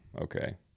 okay